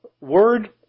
word